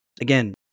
again